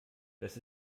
das